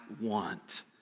want